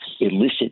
illicit